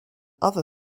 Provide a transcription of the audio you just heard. other